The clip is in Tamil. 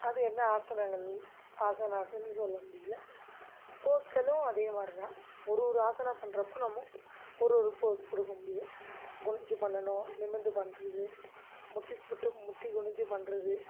அது என்ன ஆசனங்கள் ஆசனாஸ்ஸுன்னு சொல்ல முடியல போஸ்களும் அதே மாரி தான் ஒரு ஒரு ஆசனா பண்ணுறப்போ நம்ம ஒரு ஒரு போஸ் கொடுக்க முடியும் குனிஞ்சு பண்ணணும் நிமிர்ந்து பண்ணுறது முட்டி போட்டு முட்டி குனிஞ்சு பண்ணுறது